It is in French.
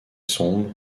sombre